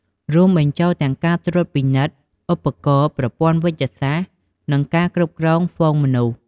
រួមបញ្ចូលទាំងការត្រួតពិនិត្យឧបករណ៍ ប្រព័ន្ធវេជ្ជសាស្ត្រ និងការគ្រប់គ្រងហ្វូងមនុស្ស។